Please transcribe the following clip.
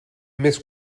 més